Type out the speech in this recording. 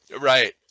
Right